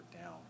down